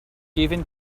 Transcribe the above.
even